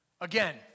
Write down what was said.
Again